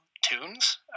tunes